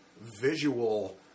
visual